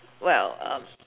well um